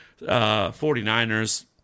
49ers